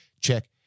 check